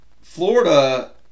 Florida